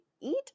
eat